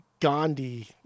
gandhi